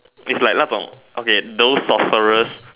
it's like 那种 okay those sorceress